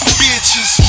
bitches